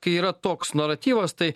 kai yra toks naratyvas tai